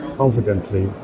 confidently